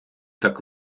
так